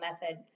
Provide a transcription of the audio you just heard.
method